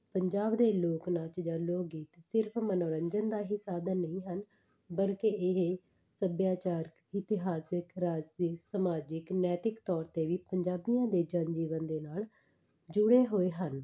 ਪੰਜਾਬ ਦੇ ਲੋਕ ਨਾਚ ਜਾਂ ਲੋਕ ਗੀਤ ਸਿਰਫ ਮਨੋਰੰਜਨ ਦਾ ਹੀ ਸਾਧਨ ਨਹੀਂ ਹਨ ਬਲਕਿ ਇਹ ਸੱਭਿਆਚਾਰਕ ਇਤਿਹਾਸਿਕ ਰਾਜਸੀ ਸਮਾਜਿਕ ਨੈਤਿਕ ਤੌਰ 'ਤੇ ਵੀ ਪੰਜਾਬੀਆਂ ਦੇ ਜਨਜੀਵਨ ਦੇ ਨਾਲ ਜੁੜੇ ਹੋਏ ਹਨ